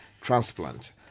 transplant